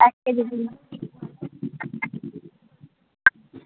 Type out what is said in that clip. এক কেজি দিন